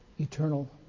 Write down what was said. eternal